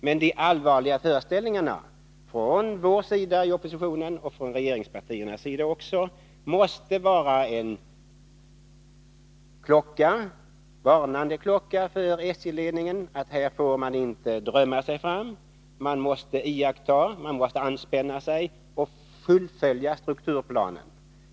Men de allvarliga föreställningarna från vårt håll inom oppositionen och även från regeringspartiernas sida måste vara en varnande klocka för SJ-ledningen, att man inte får drömma sig fram. Man måste iaktta strukturplanen, och man måste anspänna sig för att fullfölja den.